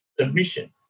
submission